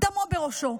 דמו בראשו.